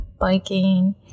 biking